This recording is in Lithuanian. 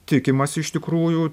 tikimasi iš tikrųjų